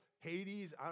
Hades